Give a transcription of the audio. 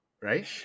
right